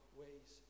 ways